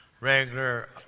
regular